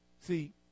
See